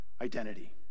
identity